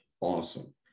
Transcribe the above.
awesome